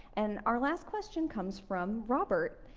and our last question comes from robert,